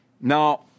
Now